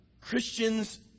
Christians